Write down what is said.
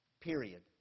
period